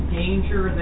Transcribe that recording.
danger